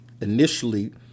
initially